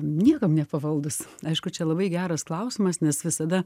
niekam nepavaldūs aišku čia labai geras klausimas nes visada